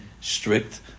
strict